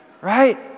right